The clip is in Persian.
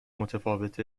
متفاوت